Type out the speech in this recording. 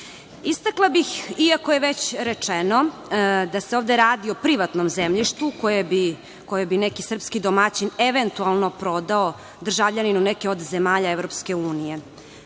zemlju. Istakla bih, iako je već rečeno da se ovde radi o privatnom zemljištu koje bi neki srpski domaćin eventualno prodao državljaninu od zemalja EU. Uvođenjem